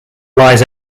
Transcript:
lies